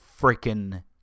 freaking